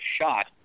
shot